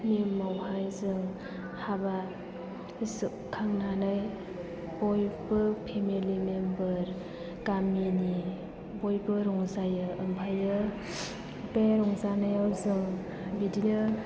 निय'मावहाय जों हाबा जोबखांनानै बयबो फेमिलि मेम्बार गामिनि बयबो रंजायो ओमफ्राय बे रंजानायाव जों बिदिनो